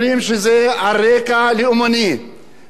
בלי לדעת מה הסיבות